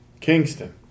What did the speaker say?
Kingston